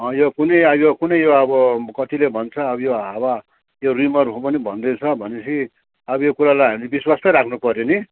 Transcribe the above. यो कुनै यो कुनै यो अब कतिले भन्छ अब यो हावा यो रुमर हो पनि भन्दैछ भने पछि अब यो कुरालाई हामी विश्वस्तै राख्नुपर्यो नि